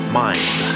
mind